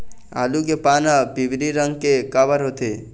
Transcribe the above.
आलू के पान हर पिवरी रंग के काबर होथे?